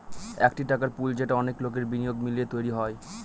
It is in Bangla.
একটি টাকার পুল যেটা অনেক লোকের বিনিয়োগ মিলিয়ে তৈরী হয়